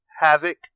Havoc